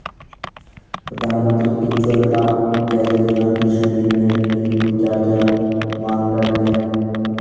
प्रधानमंत्री उज्जवला गैस योजना की श्रेणी में रखने हेतु क्या क्या मानदंड है?